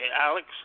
Alex